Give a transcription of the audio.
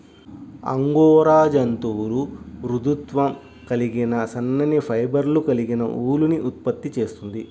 angora జంతువు మృదుత్వం కలిగిన సన్నని ఫైబర్లు కలిగిన ఊలుని ఉత్పత్తి చేస్తుంది